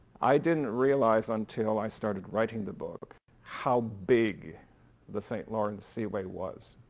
i didn't realize until i started writing the book how big the st. lawrence seaway was.